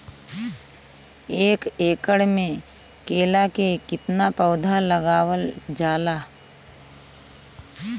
एक एकड़ में केला के कितना पौधा लगावल जाला?